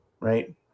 right